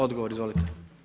Odgovor, izvolite.